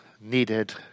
needed